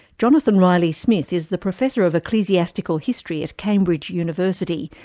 jonathan riley-smith is the professor of ecclesiastical history at cambridge university,